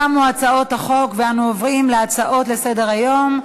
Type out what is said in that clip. תמו הצעות החוק ואנו עוברים להצעות לסדר-היום.